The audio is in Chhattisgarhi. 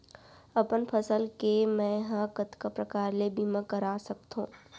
अपन फसल के मै ह कतका प्रकार ले बीमा करा सकथो?